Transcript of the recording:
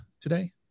today